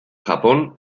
japón